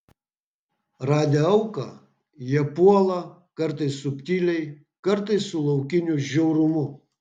radę auką jie puola kartais subtiliai kartais su laukiniu žiaurumu